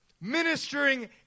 ministering